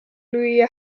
lüüa